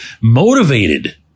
motivated